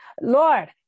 Lord